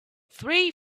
three